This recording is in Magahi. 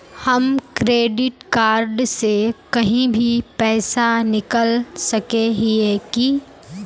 हम क्रेडिट कार्ड से कहीं भी पैसा निकल सके हिये की?